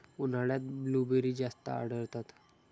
उन्हाळ्यात ब्लूबेरी जास्त आढळतात